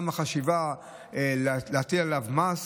גם החשיבה להטיל עליו מס,